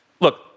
Look